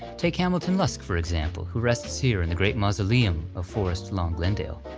take hamilton luske, for example, who rests here in the great mausoleum of forest lawn glendale.